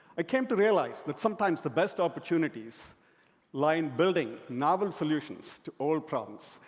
i came to realize that sometimes the best opportunities lie in building novel solutions to old problems,